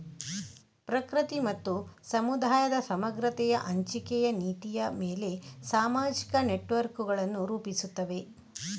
ಪ್ರಕೃತಿ ಮತ್ತು ಸಮುದಾಯದ ಸಮಗ್ರತೆಯ ಹಂಚಿಕೆಯ ನೀತಿಯ ಮೇಲೆ ಸಾಮಾಜಿಕ ನೆಟ್ವರ್ಕುಗಳನ್ನು ರೂಪಿಸುತ್ತವೆ